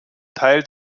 teil